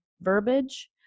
verbiage